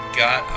got